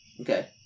Okay